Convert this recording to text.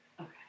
Okay